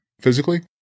physically